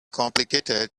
complicated